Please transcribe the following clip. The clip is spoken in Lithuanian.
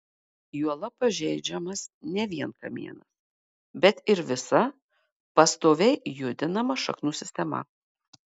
juolab pažeidžiamas ne vien kamienas bet ir visa pastoviai judinama šaknų sistema